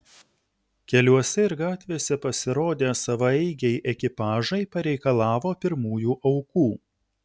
keliuose ir gatvėse pasirodę savaeigiai ekipažai pareikalavo pirmųjų aukų